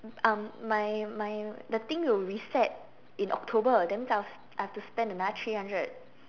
um my my the thing will reset in October that means I have I have to spend another three hundred